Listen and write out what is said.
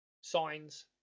signs